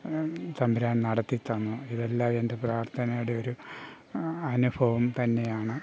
തമ്പുരാൻ നടത്തി തന്നു ഇതെല്ലാം എൻ്റെ പ്രാർത്ഥനയുടെ ഒരു അനുഭവം തന്നെയാണ്